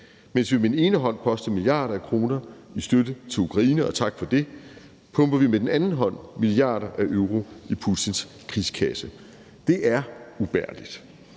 Mens vi med den ene hånd poster milliarder af kroner i støtte til Ukraine, og tak for det, pumper vi med den anden hånd milliarder af euro i Putins krigskasse. Det er ubærligt,